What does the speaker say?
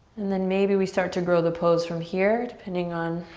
and then maybe we start to grow the pose from here depending on